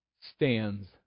stands